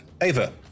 Ava